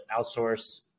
outsource